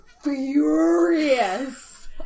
furious